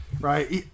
right